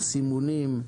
סימונים,